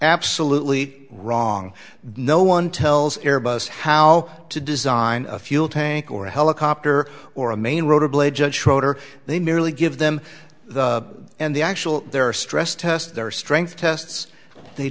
absolutely wrong no one tells airbus how to design a fuel tank or a helicopter or a main rotor blade judge schroeder they merely give them the and the actual their stress test their strength tests they